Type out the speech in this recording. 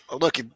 look